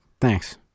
thanks